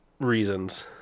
reasons